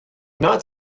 not